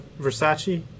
Versace